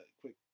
quick